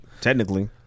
Technically